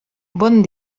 bon